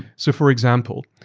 so for example,